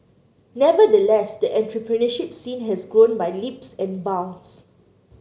nevertheless the entrepreneurship scene has grown by leaps and bounds